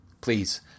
please